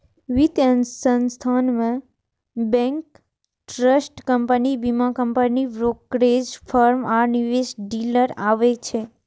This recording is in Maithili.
वित्त संस्थान मे बैंक, ट्रस्ट कंपनी, बीमा कंपनी, ब्रोकरेज फर्म आ निवेश डीलर आबै छै